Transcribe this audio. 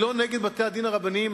אני לא נגד בתי-הדין הרבניים,